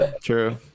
true